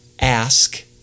ask